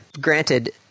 Granted